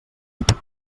curt